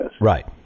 Right